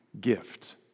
gift